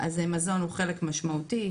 מזון הוא חלק משמעותי,